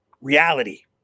reality